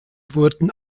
wurden